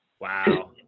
Wow